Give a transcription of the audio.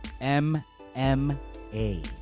M-M-A